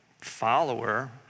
follower